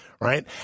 Right